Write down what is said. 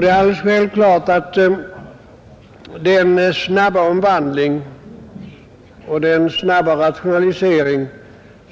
Det är alldeles självklart att den snabba omvandling och rationalisering